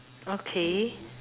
okay